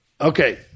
Okay